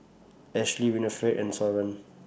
Ashlie Winnifred and Soren